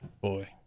boy